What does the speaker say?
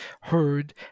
heard